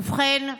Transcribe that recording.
ובכן,